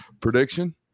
Prediction